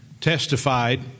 testified